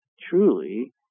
truly